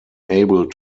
able